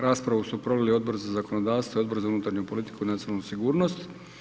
Raspravu su proveli Odbor za zakonodavstvo i Odbor za unutarnju politiku i nacionalnu sigurnost.